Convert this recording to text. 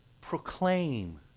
proclaim